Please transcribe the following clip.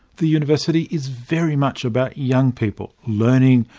the university is very much about young people learning,